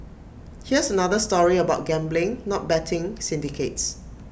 here's another story about gambling not betting syndicates